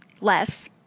less